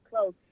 close